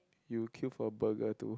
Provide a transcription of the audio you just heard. you queue for burger to